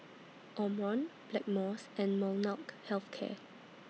Omron Blackmores and Health Care